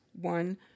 one